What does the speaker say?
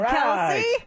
Kelsey